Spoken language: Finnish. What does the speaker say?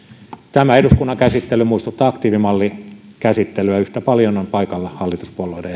tämä eduskunnan käsittely muistuttaa aktiivimallikäsittelyä yhtä paljon on paikalla hallituspuolueiden